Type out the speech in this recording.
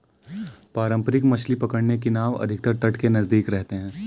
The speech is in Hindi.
पारंपरिक मछली पकड़ने की नाव अधिकतर तट के नजदीक रहते हैं